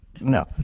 No